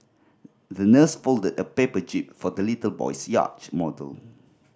the nurse folded a paper jib for the little boy's yacht model